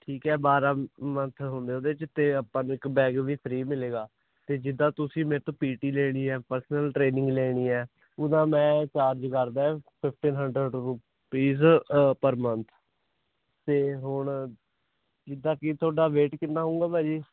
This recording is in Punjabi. ਠੀਕ ਹੈ ਬਾਰ੍ਹਾਂ ਮੰਨਥ ਹੁੰਦੇ ਉਹਦੇ 'ਚ ਅਤੇ ਆਪਾਂ ਨੂੰ ਇੱਕ ਬੈਗ ਵੀ ਫਰੀ ਮਿਲੇਗਾ ਅਤੇ ਜਿੱਦਾਂ ਤੁਸੀਂ ਮੇਰੇ ਤੋਂ ਪੀ ਟੀ ਲੈਣੀ ਆ ਪਰਸਨਲ ਟ੍ਰੇਨਿੰਗ ਲੈਣੀ ਹੈ ਉਹਦਾ ਮੈਂ ਚਾਰਜ ਕਰਦਾ fifteen hundred rupees per month ਅਤੇ ਹੁਣ ਜਿੱਦਾਂ ਕਿ ਤੁਹਾਡਾ ਵੇਟ ਕਿੰਨਾ ਹੋਊਗਾ ਭਾਜੀ